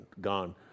gone